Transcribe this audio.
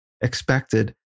expected